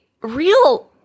real